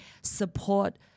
support